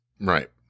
Right